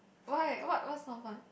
why what's not fun